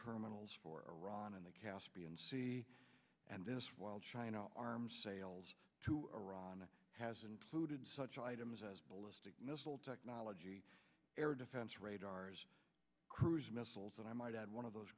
terminals for iran in the caspian sea and this while china arms sales to iran has included such items as ballistic missile technology air defense radars cruise missiles and i might add one of those